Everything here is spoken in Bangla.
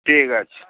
ঠিক আছে